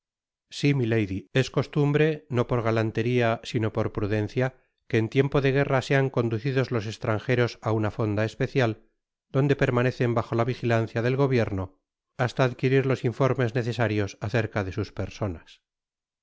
si milady es costumbre no por galanteria sino por prudencia que en tiempo de guerra sean conducidos los estranjeros á una fonda especial donde permanecen bajo la vijilancia del gobierno hasta adquirir los informes necesarios acerca de sus personas